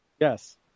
Yes